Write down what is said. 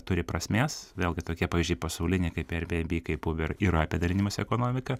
turi prasmės vėlgi tokie pavyzdžiai pasauliniai kaip airbnb kaip uber yra apie dalinimosi ekonomiką